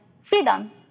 freedom